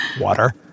Water